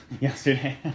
Yesterday